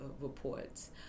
reports